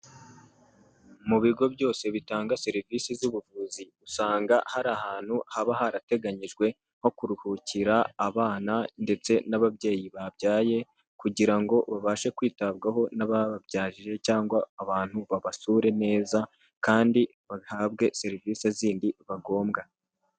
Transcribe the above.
Mu bigo byose bitanga serivise z'ubuvuzi usanga hari ahantu haba harateganyijwe ho kuruhukira abana ndetse n'ababyeyi babyaye kugira ngo babashe kwitabwaho n'abababyaje cyangwa abantu babasure neza kandi bahabwe serivise zindi bagombwa.